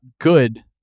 good